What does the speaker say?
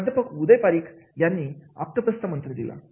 प्राध्यापक उदय पारीख यांनी ऑक्टपास चा मंत्र दिला